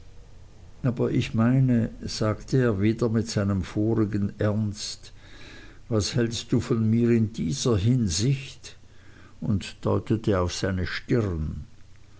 aber ich meine sagte er wieder mit seinem vorigen ernst was hältst du von mir in dieser hinsicht und deutete auf seine stirn